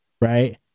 right